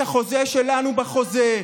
אנחנו מילאנו את החלק שלנו בחוזה,